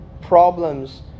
problems